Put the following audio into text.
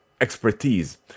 expertise